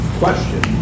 question